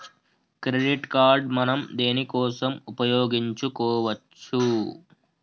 Credit card మనం దేనికోసం ఉపయోగించుకోవచ్చు?